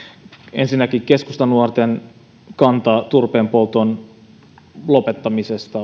ensinnäkin keskustanuorten kanta turpeenpolton lopettamisesta